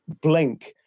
blink